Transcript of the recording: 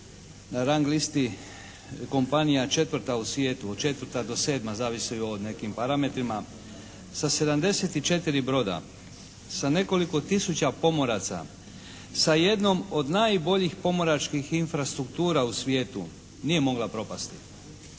na rang listi kompanija četvrta u svijetu, od četvrta do sedma zavisi o nekim parametrima sa 74 broda, sa nekoliko tisuća pomoraca, sa jednom od najboljih pomoračkih infrastruktura u svijetu nije mogla propasti.